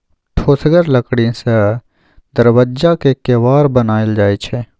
ठोसगर लकड़ी सँ दरबज्जाक केबार बनाएल जाइ छै